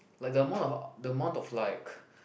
like the amount of the amount of like